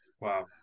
Wow